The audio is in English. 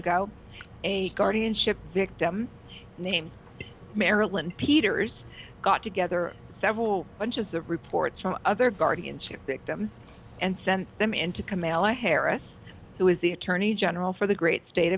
ago a guardianship victim named marilyn peters got together several bunches of reports from other guardianship victims and sent them into camilla harris who is the attorney general for the great state